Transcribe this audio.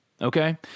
okay